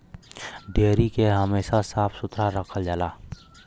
dairy के हमेशा साफ सुथरा रखल जाला